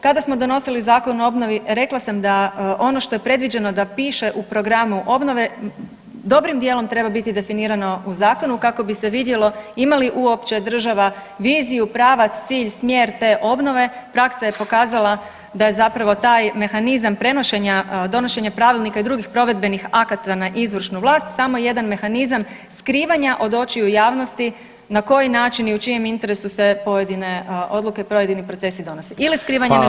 Kada smo donosili Zakon o obnovi rekla sam da ono što je predviđeno da piše u programu obnove, dobrim dijelom treba biti definirano u zakonu kako bi se vidjelo ima li uopće država viziju, pravac, cilj, smjer te obnove, praksa je pokazala da je zapravo taj mehanizam prenošenja, donošenja pravilnika i drugih provedbenih akata na izvršnu vlast samo jedan mehanizam skrivanja od očiju javnosti na koji način i u čijem interesu se pojedine odluke i pojedini procesi donose ili skrivanje neznanja.